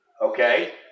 Okay